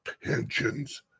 pensions